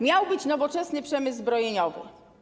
Miał być nowoczesny przemysł zbrojeniowy.